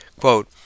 Quote